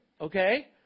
Okay